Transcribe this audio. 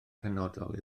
penodol